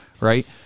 right